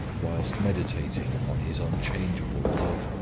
whilst meditating on his unchangeable love,